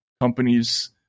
companies